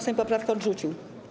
Sejm poprawkę odrzucił.